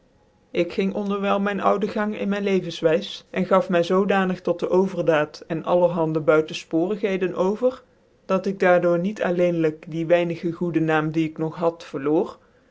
ik gint onderwijlen mij i ouden gang in mijn levenswijs cn gaf my zoodanig tot de overdaii en allerhande buitenfpoorigheden over dat ik daar door niet alleenlijk die weinige goede mam die ik nog had verloor